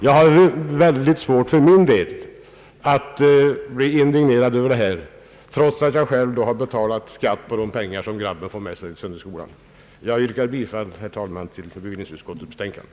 Jag har, herr Kilsmo, mycket svårt att här bli indignerad, trots att jag själv redan i vanlig ordning har betalat skatt på de pengar som min son får med sig till söndagsskolan. Jag yrkar, herr talman, bifall till bevillningsutskottets betänkande.